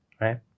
right